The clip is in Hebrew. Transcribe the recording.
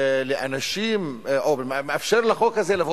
אותם, ועברה את התפיסות האלה ואת המחשבות האלה.